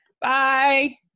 Bye